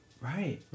Right